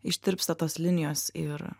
ištirpsta tos linijos ir